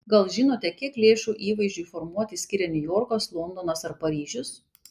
gal žinote kiek lėšų įvaizdžiui formuoti skiria niujorkas londonas ar paryžius